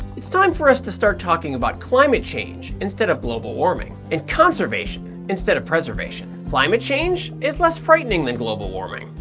it's time for us to start talking about climate change instead of global warming and conservation instead of preservation. climate change' is less frightening than global warming,